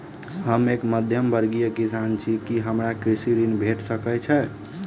हम एक मध्यमवर्गीय किसान छी, की हमरा कृषि ऋण भेट सकय छई?